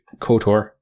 Kotor